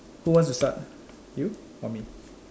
who wants to start you or me